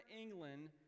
England